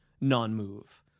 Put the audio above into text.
non-move